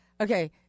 Okay